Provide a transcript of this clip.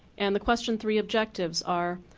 and the question three objectives are.